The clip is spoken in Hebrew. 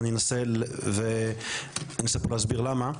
ואני אנסה פה להסביר למה.